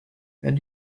and